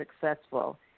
successful